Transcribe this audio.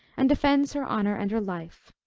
and defends her honor and her life.